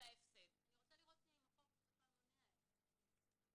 רוצה לראות אם החוק בכלל מונע את זה.